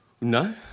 No